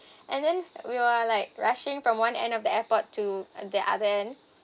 and then we were like rushing from one end of the airport to uh the other